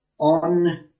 on